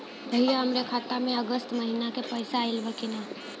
भईया हमरे खाता में अगस्त महीना क पैसा आईल बा की ना?